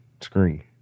screen